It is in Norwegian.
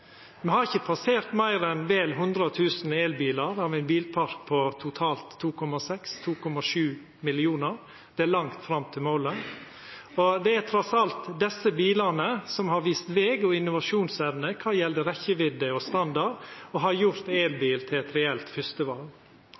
Me har ikkje passert meir enn vel 100 000 elbilar av ein bilpark på totalt 2,6–2,7 millionar – det er langt fram til målet – og det er trass alt desse bilane som har vist veg og innovasjonsevne når det gjeld rekkjevidde og standard, og som har gjort elbil til eit reelt